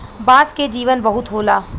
बांस के जीवन बहुत होला